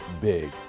big